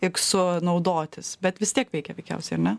iksu naudotis bet vis tiek veikia veikiausiai ar ne